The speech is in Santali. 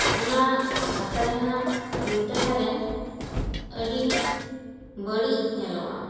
ᱚᱱᱟ ᱠᱷᱟᱛᱟ ᱨᱮᱱᱟᱜ ᱩᱞᱴᱟᱹ ᱫᱷᱟᱨᱮ ᱟᱹᱰᱤ ᱵᱟᱹᱲᱤᱡ ᱧᱮᱞᱚᱜᱼᱟ